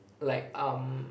like um